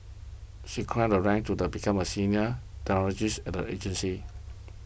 she climbed the ranks to the become a senior technologist at the agency